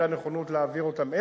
היתה נכונות להעביר אותן.